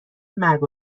مرگ